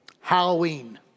Halloween